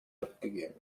abgegeben